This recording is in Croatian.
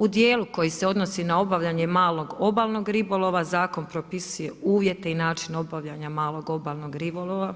U dijelu koji se odnosi na obavljanje malog obalnog ribolova, zakon propisuje uvijete i način obavljanje malog obalnog ribolova,